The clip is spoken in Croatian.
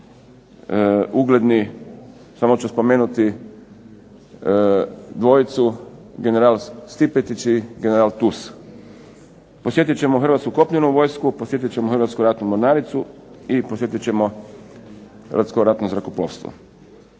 članovi ugledni. Samo ću spomenuti dvojicu general Stipetić i general Tus. Posjetit ćemo Hrvatsku kopnenu vojsku, podsjetit ćemo Hrvatsku ratnu mornaricu i podsjetit ćemo Hrvatsko ratno zrakoplovstvo.